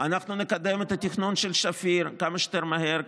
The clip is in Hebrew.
אנחנו נקדם את התכנון של שפיר כמה שיותר מהר,